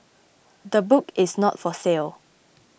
the book is not for sale